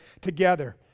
together